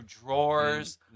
drawers